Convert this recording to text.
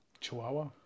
Chihuahua